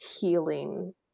healing